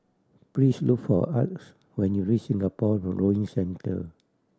please look for Arch when you reach Singapore Rowing Centre